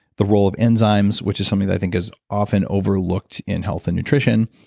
the role of enzymes, which is something that i think is often overlooked in health and nutrition,